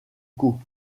caux